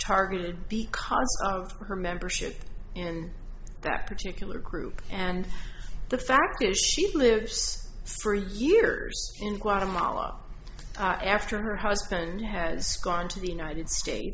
targeted because of her membership in that particular group and the fact is she lives for years in guatemala after her husband has gone to the united states